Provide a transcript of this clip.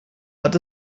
hat